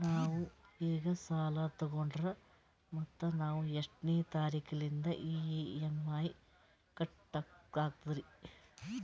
ನಾವು ಈಗ ಸಾಲ ತೊಗೊಂಡ್ರ ಮತ್ತ ನಾವು ಎಷ್ಟನೆ ತಾರೀಖಿಲಿಂದ ಇ.ಎಂ.ಐ ಕಟ್ಬಕಾಗ್ತದ್ರೀ?